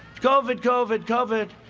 covid, covid, covid.